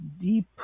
deep